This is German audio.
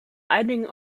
einigen